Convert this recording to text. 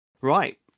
Right